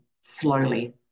slowly